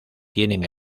tienen